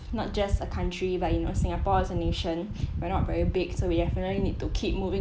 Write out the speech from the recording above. not just a country but you know singapore as a nation but not very big so we definitely need to keep moving